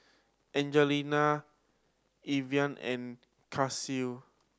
Angelita Evalyn and Cassie